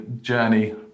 journey